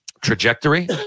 trajectory